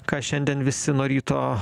ką šiandien visi nuo ryto